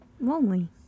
lonely